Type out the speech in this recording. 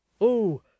Oh